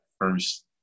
first